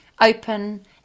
open